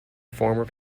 former